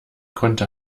konnte